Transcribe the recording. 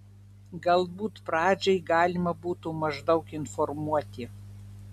galbūt pradžiai galima būtų maždaug informuoti